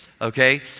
Okay